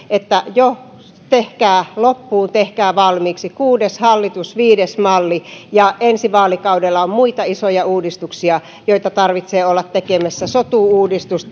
että tehkää jo loppuun tehkää valmiiksi kuudes hallitus viides malli ja ensi vaalikaudella on muita isoja uudistuksia joita tarvitsee olla tekemässä sotu uudistus